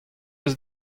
eus